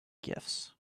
gifts